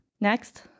Next